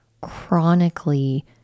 chronically